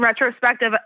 retrospective